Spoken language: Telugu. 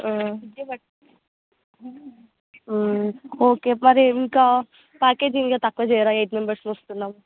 ఓకే మరి ఇంకా ప్యాకేజ్ ఇక తక్కువ చేయరా ఎయిట్ మెంబర్స్ వస్తున్నాము